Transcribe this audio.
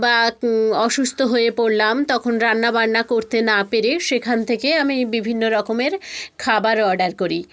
বা অসুস্থ হয়ে পড়লাম তখন রান্নাবান্না করতে না পেরে সেখান থেকে আমি বিভিন্ন রকমের খাবার অর্ডার করি